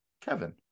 Kevin